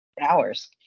hours